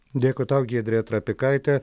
dėkui tau giedrė trapikaitė